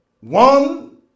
one